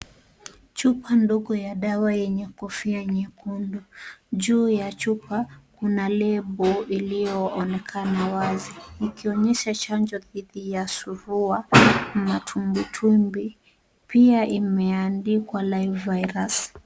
Chupa ndogo ya dawa yenye kofia nyekundu. Juu ya chupa kuna lebo iliyoonekana wazi, ikionyesha chanjo dhidi ya surua, matumbwitumbwi. Pia imeandikwa live virus .